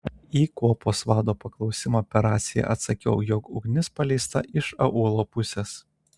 į kuopos vado paklausimą per raciją atsakiau jog ugnis paleista iš aūlo pusės